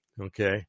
Okay